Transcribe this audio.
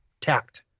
tact